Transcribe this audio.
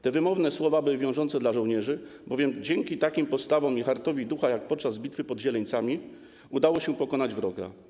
Te wymowne słowa były wiążące dla żołnierzy, bowiem dzięki takim postawom i takiemu hartowi ducha, jak podczas bitwy pod Zieleńcami, udało się pokonać wroga.